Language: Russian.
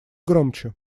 громче